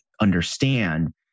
understand